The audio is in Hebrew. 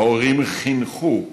ההורים חינכו,